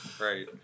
right